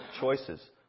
choices